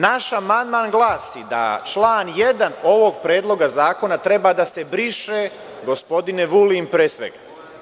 Naš amandman glasi da član 1. ovog predloga zakona treba da se briše, gospodine Vulin, pre svega.